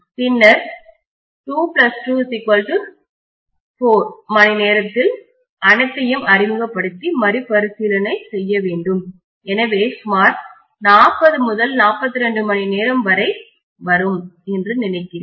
பின்னர் 2 2 4 மணிநேரத்தில் அனைத்தையும் அறிமுகப்படுத்தி மறுபரிசீலனை செய்யுங்கள் எனவே இது சுமார் 40 முதல் 42 மணிநேரம் வரை வரும் என்று நினைக்கிறேன்